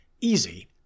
easy